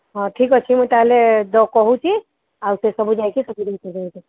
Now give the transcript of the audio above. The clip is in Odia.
ହଁ ଠିକ୍ ଅଛି ମୁଁ ତାହାଲେ କହୁଛି ଆଉ ସେସବୁ ଯାଇକି ସେଠି ଜିନିଷ ଦେଇ ଦେବେ